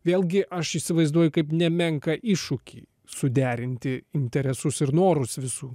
vėlgi aš įsivaizduoju kaip nemenką iššūkį suderinti interesus ir norus visų